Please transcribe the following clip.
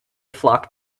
flock